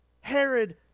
Herod